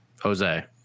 Jose